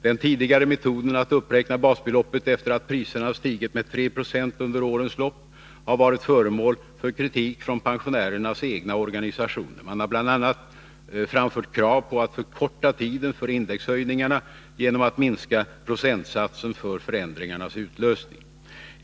Den tidigare metoden att uppräkna basbeloppet efter att priserna stigit med 3 26 har under årens lopp varit föremål för kritik från pensionärernas egna organisationer. Man har bl.a. framfört krav på att förkorta tiden för indexhöjningarna genom att minska procentsatsen för förändringarnas utlösning.